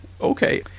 Okay